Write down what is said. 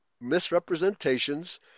misrepresentations